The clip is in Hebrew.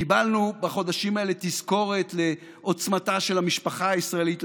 קיבלנו בחודשים האלה תזכורת לעוצמתה של המשפחה הישראלית,